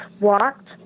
walked